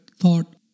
thought